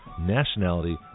nationality